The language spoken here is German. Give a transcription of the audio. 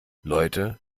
leute